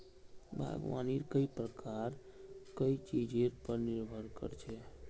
बागवानीर कई प्रकार कई चीजेर पर निर्भर कर छे